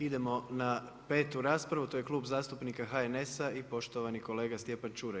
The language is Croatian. Idemo na 5 raspravu, to je Klub zastupnika HNS-a i poštovani kolega Stjepan Čuraj.